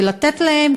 ולתת להם,